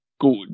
good